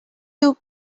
you